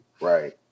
Right